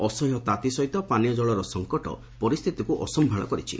ଅସହ୍ୟ ତାତି ସହିତ ପାନୀୟ ଜଳର ସଂକଟ ପରିସ୍ଥିତିକୁ ଅସମ୍ଭାଳ କରିଛି